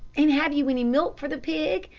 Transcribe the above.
and have you any milk for the pig?